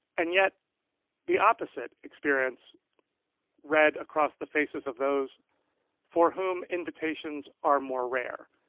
and yet the opposite experience read across the faces of those for whom invitations are more rare